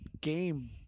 game